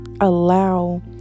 allow